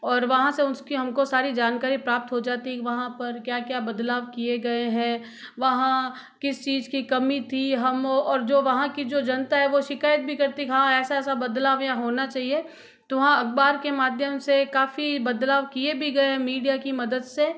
और वहाँ से उसकी हमको सारी जानकारी प्राप्त हो जाती है कि वहाँ पर क्या क्या बदलाव किए गए हैं वहाँ किस चीज़ की कमी थी हम और जो वहाँ की जो जनता है वो शिकायत भी करती है हाँ ऐसा ऐसा बदलाव यहाँ होना चाहिए तो हाँ अखबार के माध्यम से काफ़ी बदलाव किए भी गए हैं मीडिया की मदद से